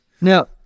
Now